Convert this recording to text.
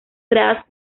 creadas